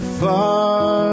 far